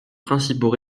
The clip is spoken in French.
principaux